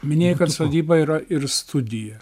minėjai kad sodyba yra ir studija